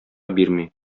бирми